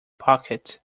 pocket